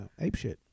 apeshit